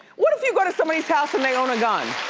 what if you go to somebody's house and they own a gun?